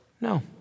No